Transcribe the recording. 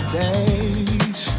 days